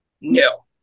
No